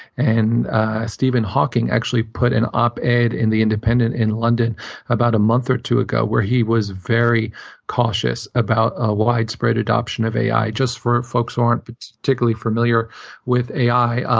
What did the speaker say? and stephen hawking actually put an op-ed in the independent in london about a month or two ago, where he was very cautious about widespread adoption of ai. just for folks who aren't but particularly familiar with ai,